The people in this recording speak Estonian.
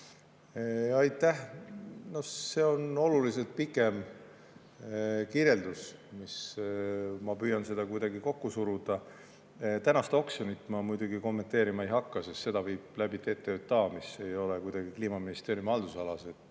Aitäh! See on oluliselt pikem kirjeldus, ma püüan seda kuidagi kokku suruda. Tänast oksjonit ma muidugi kommenteerima ei hakka, sest seda viis läbi TTJA, mis ei ole Kliimaministeeriumi haldusalas, see